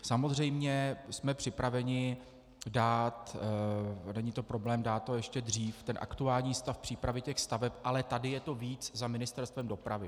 Samozřejmě jsme připraveni dát a není problém dát to ještě dřív aktuální stav přípravy těch staveb, ale tady je to víc za Ministerstvem dopravy.